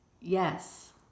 Yes